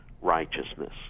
righteousness